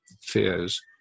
fears